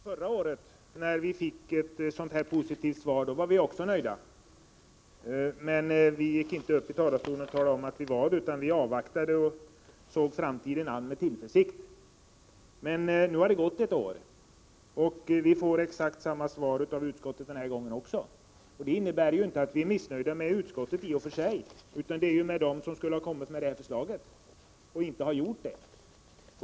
Herr talman! När vi förra året fick ett positivt svar var vi nöjda, men ingen av oss gick upp i talarstolen och talade om det. Vi avvaktade och såg framtiden an med tillförsikt. Men nu har det gått ett år, och vi får denna gång exakt samma svar av utskottet. Att jag tar till orda här innebär inte att vi är missnöjda med utskottet, utan med dem som skulle ha kommit med förslaget men inte har gjort det.